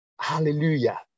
Hallelujah